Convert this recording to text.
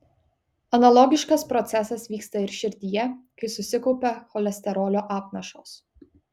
analogiškas procesas vyksta ir širdyje kai susikaupia cholesterolio apnašos